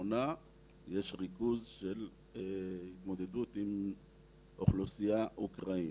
לאחרונה יש ריכוז של התמודדות עם אוכלוסייה אוקראינית.